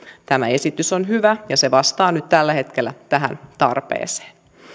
tämä esitys on hyvä ja se vastaa nyt tällä hetkellä tähän tarpeeseen